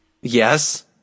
Yes